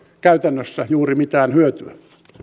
käytännössä juuri mitään hyötyä